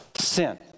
Sin